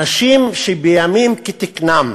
אנשים שבימים כתיקונם